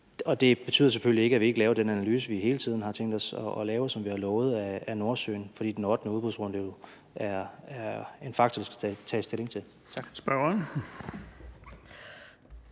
i. Det betyder selvfølgelig ikke, at vi ikke laver den analyse, vi hele tiden har tænkt os at lave, og som vi har lovet at lave, af Nordsøen, fordi den ottende udbudsrunde jo er en faktor, der skal tages stilling til. Tak. Kl.